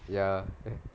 ya